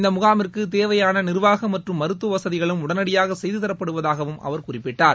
இந்த முகாமிற்கு தேவையான நிர்வாக மற்றும் மருத்துவ வசதிகளும் உடனடியாக செய்து தரப்படுவதாகவும் அவர் குறிப்பிட்டார்